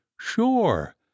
sure